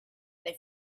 they